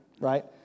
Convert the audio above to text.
Right